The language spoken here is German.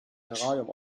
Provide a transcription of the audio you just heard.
terrarium